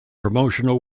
promotional